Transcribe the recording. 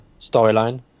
storyline